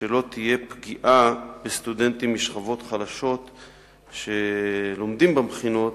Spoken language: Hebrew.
שלא תהיה פגיעה בסטודנטים משכבות חלשות שלומדים במכינות